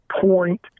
point